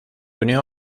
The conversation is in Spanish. unió